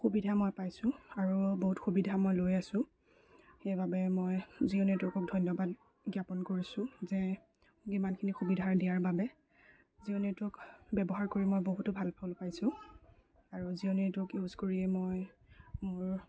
সুবিধা মই পাইছোঁ আৰু বহুত সুবিধা মই লৈ আছোঁ সেইবাবে মই জিঅ' নেটৱৰ্কক ধন্যবাদ জ্ঞাপন কৰিছোঁ যে কিমানখিনি সুবিধাৰ দিয়াৰ বাবে জিঅ' নেটৱৰ্ক ব্যৱহাৰ কৰি মই বহুতো ভাল ফল পাইছোঁ আৰু জিঅ' নেটৱৰ্ক ইউজ কৰিয়ে মই মোৰ